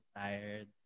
tired